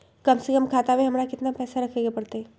कम से कम खाता में हमरा कितना पैसा रखे के परतई?